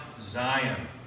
Zion